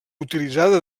utilitzada